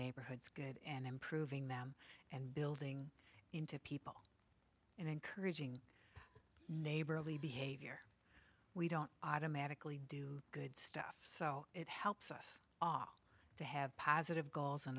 neighborhoods good and improving them and building into people and encouraging neighborly behavior we don't automatically do good stuff so it helps us all to have positive goals